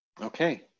Okay